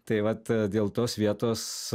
tai vat dėl tos vietos